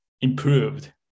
improved